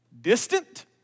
distant